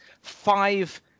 five